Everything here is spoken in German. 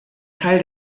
teil